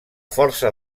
força